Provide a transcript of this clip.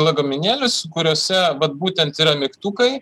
lagaminėlius kuriuose vat būtent yra mygtukai